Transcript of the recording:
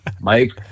Mike